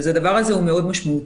אז הדבר הזה מאוד משמעותי.